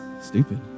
stupid